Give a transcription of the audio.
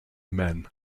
men